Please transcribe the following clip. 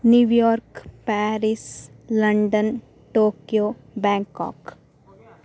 New York Paris London Tokyo bank cock